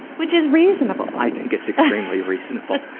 which is reasonable. i think it's extremely reasonable.